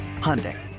Hyundai